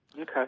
Okay